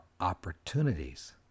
opportunities